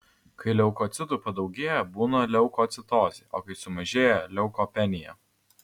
kai leukocitų padaugėja būna leukocitozė o kai sumažėja leukopenija